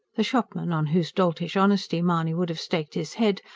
the shopman, on whose doltish honesty mahony would have staked his head,